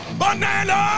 banana